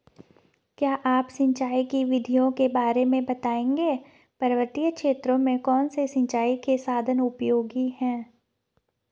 क्या आप सिंचाई की विधियों के बारे में बताएंगे पर्वतीय क्षेत्रों में कौन से सिंचाई के साधन उपयोगी हैं?